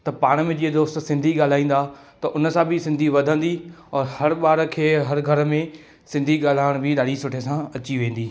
त पाण में जीअं दोस्त सिंधी ॻाल्हाईंदा त उन सां बि सिंधी वधंदी और हर ॿार खे हर घर में सिंधी ॻाल्हाइण बि ॾाढी सुठे सां अची वेंदी